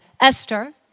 Esther